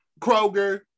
Kroger